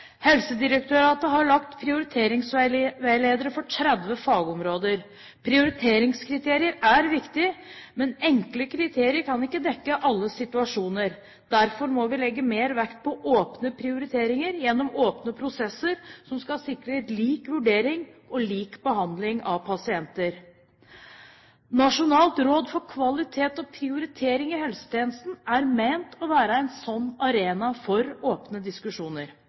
Helsedirektoratet har laget prioriteringsveiledere for 30 fagområder. Prioriteringskriterier er viktig, men enkle kriterier kan ikke dekke alle situasjoner. Derfor må vi legge mer vekt på åpne prioriteringer gjennom åpne prosesser som skal sikre lik vurdering og lik behandling av pasienter. Nasjonalt råd for kvalitet og prioritering i helsetjenesten er ment å være en sånn arena for åpne diskusjoner.